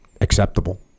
acceptable